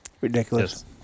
ridiculous